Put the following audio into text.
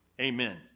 amen